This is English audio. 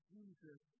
Jesus